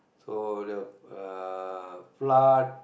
so the uh flood